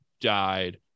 died